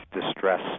distress